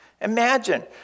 Imagine